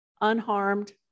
unharmed